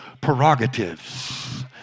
prerogatives